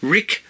Rick